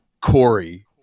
Corey